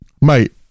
Mate